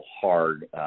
hard